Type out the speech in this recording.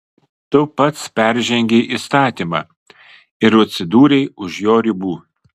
tu pats peržengei įstatymą ir atsidūrei už jo ribų